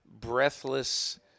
breathless